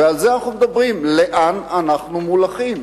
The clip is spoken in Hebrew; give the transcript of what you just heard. ועל זה אנחנו מדברים, לאן אנחנו מולכים?